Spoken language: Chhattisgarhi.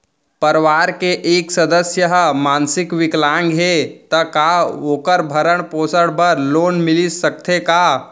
परवार के एक सदस्य हा मानसिक विकलांग हे त का वोकर भरण पोषण बर लोन मिलिस सकथे का?